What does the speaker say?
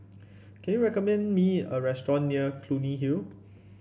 can you recommend me a restaurant near Clunny Hill